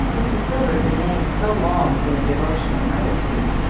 mrs. gilbert remained so long in a devotional attitude,